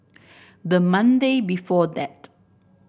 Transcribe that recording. the Monday before that